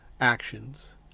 actions